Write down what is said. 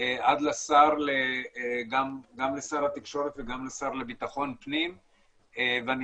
עד לשר התקשורת וגם לשר לבטחון פנים ואני